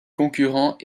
concurrents